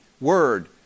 Word